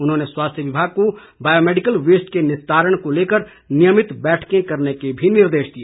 उन्होंने स्वास्थ्य विभाग को बायोमैडिकल वेस्ट के निस्तारण को लेकर नियमित बैठकें करने के भी निर्देश दिए